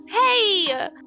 Hey